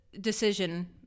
decision